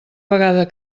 vegada